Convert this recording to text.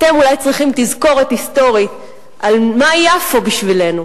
אתם אולי צריכים תזכורת היסטורית מהי יפו בשבילנו.